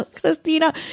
Christina